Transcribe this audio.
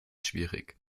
schwierig